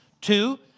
Two